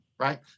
right